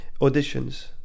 auditions